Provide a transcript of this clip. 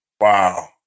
Wow